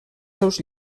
seus